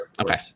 Okay